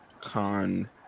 Con